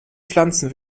pflanzen